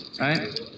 right